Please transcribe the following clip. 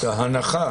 את ההנחה